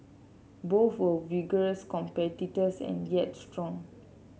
both were vigorous competitors and yet strong